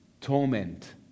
torment